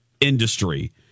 industry